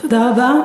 תודה רבה.